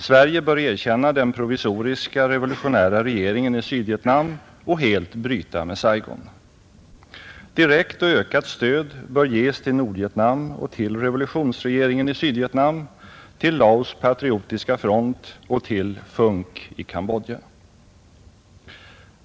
Sverige bör erkänna den provisoriska revolutionära regeringen i Sydvietnam och helt bryta med Saigon. Direkt och ökat stöd bör ges till Nordvietnam och till revolutionsregeringen i Sydvietnam, till Laos patriotiska front och till FUNK i Cambodja.